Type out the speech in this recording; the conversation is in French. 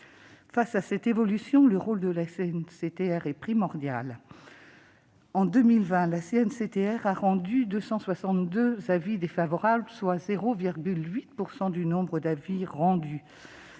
Face à cette évolution, le rôle de la CNCTR est primordial. En 2020, la commission a rendu 262 avis défavorables, soit 0,8 % du nombre d'avis rendus.